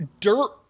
dirt